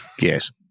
Yes